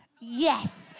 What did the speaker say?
Yes